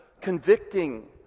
convicting